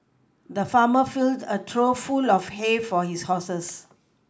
the farmer filled a trough full of hay for his horses